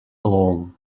along